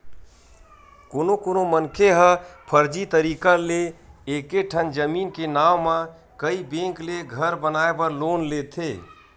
कोनो कोनो मनखे ह फरजी तरीका ले एके ठन जमीन के नांव म कइ बेंक ले घर बनाए बर लोन लेथे